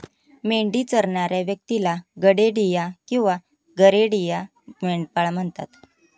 मेंढी चरणाऱ्या व्यक्तीला गडेडिया किंवा गरेडिया, मेंढपाळ म्हणतात